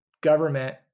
government